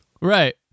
Right